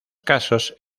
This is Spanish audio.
casos